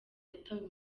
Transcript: yatawe